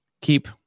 Keep